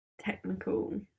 technical